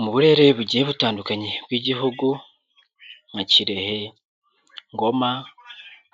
Mu burere bugiye butandukanye bw'igihugu, nka Kirehe, Ngoma,